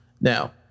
Now